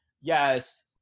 yes